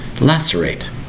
lacerate